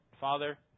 Father